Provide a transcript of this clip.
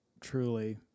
Truly